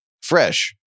fresh